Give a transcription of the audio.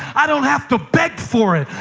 i don't have to beg for it.